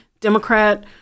Democrat